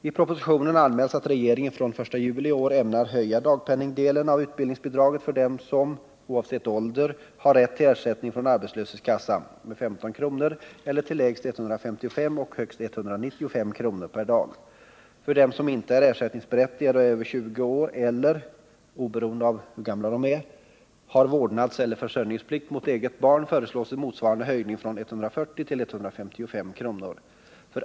I propositionen anmäls att regeringen fr.o.m. den 1 juli i år ämnar höja dagpenningdelen av utbildningsbidraget för dem som — oavsett ålder — har rätt till ersättning från arbetslöshetskassa med 15 kr. eller till lägst 155 och högst 195 kr. per dag. För dem som inte är ersättningsberättigade och är över 20 år eller — oberoende av hur gamla de är — har vårdnadseller försörjningsplikt mot eget barn föreslås en motsvarande höjning från 140 till 155 kr. per dag.